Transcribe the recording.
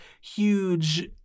huge